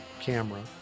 camera